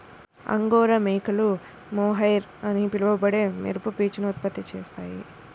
angora మేకలు mohair అని పిలువబడే మెరుపు పీచును ఉత్పత్తి చేస్తాయి